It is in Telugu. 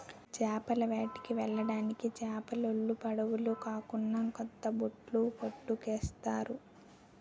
చేపల వేటకి వెళ్ళడానికి చేపలోలు పడవులు కాకున్నా కొత్త బొట్లు పట్టుకెళ్తారు